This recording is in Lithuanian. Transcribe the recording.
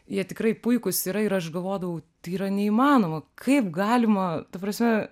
jie tikrai puikūs yra ir aš galvodavau tai yra neįmanoma kaip galima ta prasme